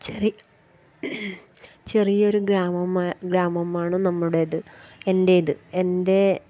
cherry ചെറിയൊരു ഗ്രാമമാ ഗ്രാമമാണ് നമ്മുടേത് എൻറ്റേത് എൻ്റെ